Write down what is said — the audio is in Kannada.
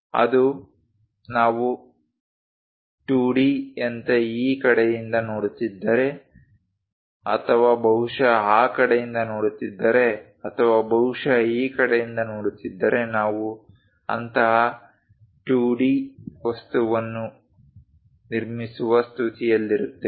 ಅದು ನಾವು 2 D ಯಂತೆ ಈ ಕಡೆಯಿಂದ ನೋಡುತ್ತಿದ್ದರೆ ಅಥವಾ ಬಹುಶಃ ಆ ಕಡೆಯಿಂದ ನೋಡುತ್ತಿದ್ದರೆ ಅಥವಾ ಬಹುಶಃ ಈ ಕಡೆಯಿಂದ ನೋಡುತ್ತಿದ್ದರೆ ನಾವು ಅಂತಹ 2 D ವಸ್ತುವನ್ನು ನಿರ್ಮಿಸುವ ಸ್ಥಿತಿಯಲ್ಲಿರುತ್ತೇವೆ